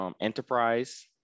Enterprise